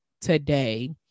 today